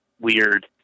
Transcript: weird